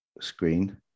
screen